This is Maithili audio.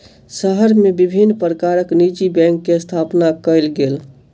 शहर मे विभिन्न प्रकारक निजी बैंक के स्थापना कयल गेल